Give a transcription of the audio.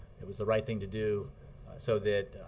it was the right thing to do so that